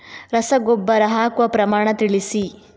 ರಸಗೊಬ್ಬರ ಹಾಕುವ ಪ್ರಮಾಣ ತಿಳಿಸಿ